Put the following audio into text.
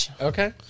Okay